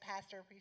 Pastor